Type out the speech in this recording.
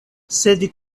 sed